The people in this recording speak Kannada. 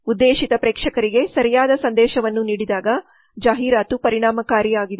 ಉದ್ದೇಶಿತ ಪ್ರೇಕ್ಷಕರಿಗೆ ಸರಿಯಾದ ಸಂದೇಶವನ್ನು ನೀಡಿದಾಗ ಜಾಹೀರಾತು ಪರಿಣಾಮಕಾರಿಯಾಗಿದೆ